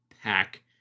pack